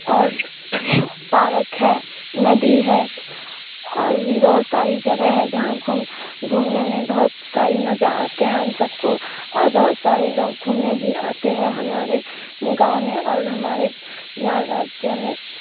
اور پارک ہے ندی ہے اور بھی بہت ساری جگہ ہے جہاں گھوم گھومنے میں بہت ساری مزہ آتے ہیں ہم سب کو اور بہت سارے لوگ گھومنے بھی آتے ہیں ہمارے گاؤں میں اور ہمارے بہار راجیہ میں